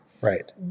right